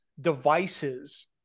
devices